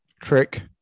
trick